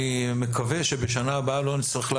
אני מקווה שבשנה הבאה לא נצטרך עוד פעם